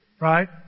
Right